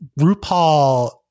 RuPaul